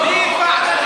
בית-המשפט.